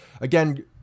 Again